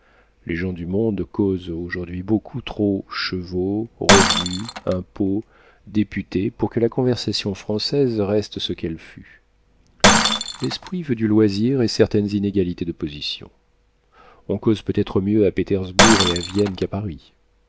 les gens du monde causent aujourd'hui beaucoup trop chevaux revenus impôts députés pour que la conversation française reste ce qu'elle fut l'esprit veut du loisir et certaines inégalités de position on cause peut-être mieux à pétersbourg et à vienne qu'à paris